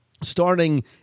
starting